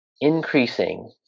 increasing